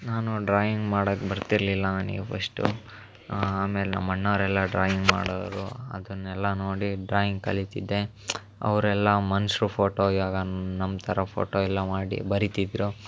ನಾನು ಡ್ರಾಯಿಂಗ್ ಮಾಡಕ್ಕೆ ಬರ್ತಿರಲಿಲ್ಲ ನನಗೆ ಫಸ್ಟು ಆಮೇಲೆ ನಮ್ಮ ಅಣ್ಣಾವ್ರೆಲ್ಲ ಡ್ರಾಯಿಂಗ್ ಮಾಡೋವ್ರು ಅದನ್ನೆಲ್ಲ ನೋಡಿ ಡ್ರಾಯಿಂಗ್ ಕಲೀತಿದ್ದೆ ಅವರೆಲ್ಲ ಮನುಷ್ರು ಫೋಟೋ ಇವಾಗ ನ್ ನಮ್ಮ ಥರ ಫೋಟೋ ಎಲ್ಲ ಮಾಡಿ ಬರೀತಿದ್ದರು